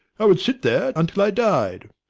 i would sit there until i died.